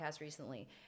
recently